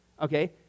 okay